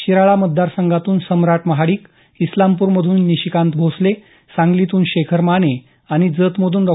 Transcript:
शिराळा मतदारसंघातून सम्राट महाडिक इस्लामपूर मधून निशिकांत भोसले सांगलीतून शेखर माने आणि जतमधून डॉ